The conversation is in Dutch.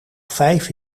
vijf